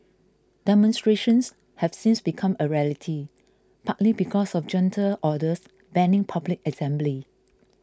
demonstrations have since become a rarity partly because of junta orders banning public assembly